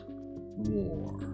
war